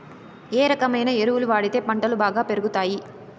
ఏ రకమైన ఎరువులు వాడితే పంటలు బాగా పెరుగుతాయి?